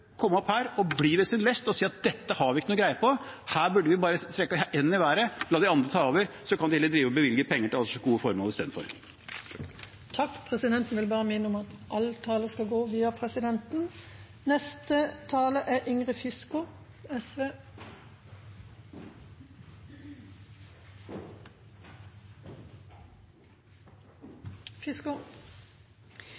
komme opp her og bli ved sin lest og si: Dette har vi ikke noe greie på; her burde vi bare strekke hendene i været og la de andre ta over. Så kan de heller drive å bevilge penger til alskens gode formål i stedet. Det har vore fleire representantar frå Høgre på denne talarstolen som uttrykkjer ynske om at SV skal